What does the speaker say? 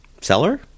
seller